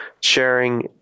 sharing